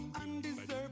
undeserved